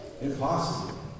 impossible